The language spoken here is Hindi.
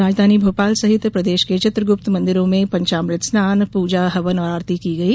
राजधानी भोपाल सहित प्रदेश के चित्रगुप्त मंदिरों में पंचामृत स्नान पूजा हवन और आरती की गई